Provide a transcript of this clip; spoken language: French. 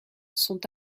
sont